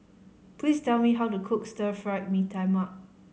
please tell me how to cook Stir Fried Mee Tai Mak